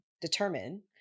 determine